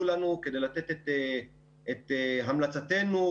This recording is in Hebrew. לנו כדי לתת חוות דעת מקצועית ואת המלצתנו.